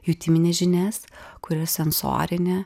jutimines žinias kuri sensorinė